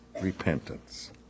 repentance